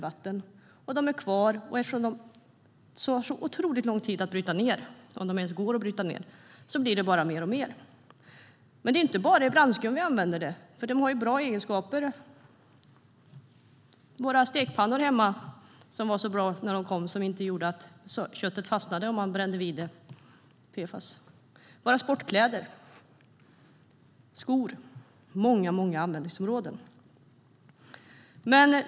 Ämnena är kvar, och eftersom de har så otroligt lång nedbrytningstid - om de ens är nedbrytbara - blir det bara mer och mer. Ämnena används dock inte bara i brandskum, för de har ju bra egenskaper. I våra stekpannor som vi har hemma, som var så bra när de kom eftersom de gjorde att köttet inte fastnade och brändes vid, finns det PFAS. I våra sportkläder och skor finns det PFAS. Dessa ämnen har många, många användningsområden.